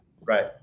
Right